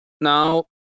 Now